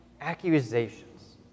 accusations